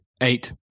eight